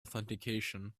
authentication